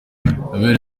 noel